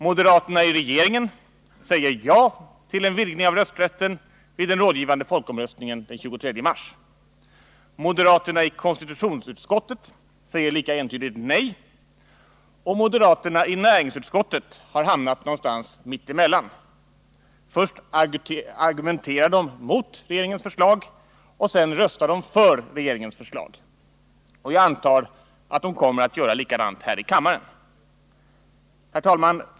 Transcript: Moderaterna i regeringen säger ja till en vidgning av rösträtten vid den rådgivande folkomröstningen den 23 mars. Moderaterna i konstitutionsutskottet säger lika entydigt nej, och moderaterna i näringsutskottet har hamnat någonstans mitt emellan. Först argumenterar de mot regeringens förslag och sedan röstar de för regeringens förslag. Jag antar att de kommer att göra likadant här i kammaren. Herr talman!